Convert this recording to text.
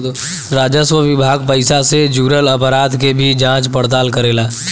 राजस्व विभाग पइसा से जुरल अपराध के भी जांच पड़ताल करेला